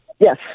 Yes